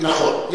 נכון.